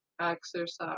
exercise